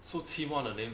so chim [one] the name